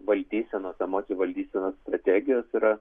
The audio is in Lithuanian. valdysenos emocijų valdysenos strategijos yra